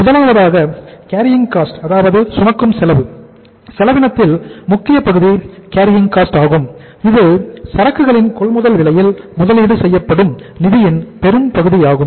முதலாவதாக carrying cost ஆகும் இது சரக்குகளின் கொள்முதல் விலையில் முதலீடு செய்யப்படும் நிதியின் பெரும் பகுதியாகும்